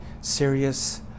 serious